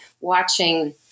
watching